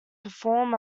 perform